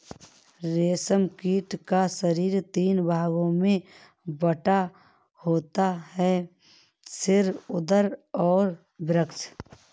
रेशम कीट का शरीर तीन भागों में बटा होता है सिर, उदर और वक्ष